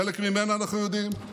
חלק ממנה, אנחנו יודעים: